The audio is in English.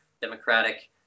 democratic